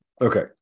Okay